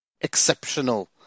exceptional